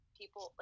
people